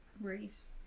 race